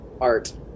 art